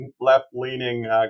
left-leaning